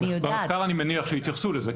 במחקר אני מניח שיתייחסו לזה.